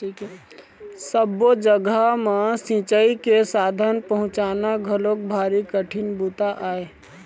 सब्बो जघा म सिंचई के साधन पहुंचाना घलोक भारी कठिन बूता आय